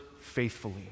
faithfully